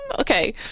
okay